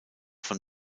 von